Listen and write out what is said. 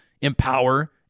empower